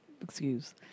excuse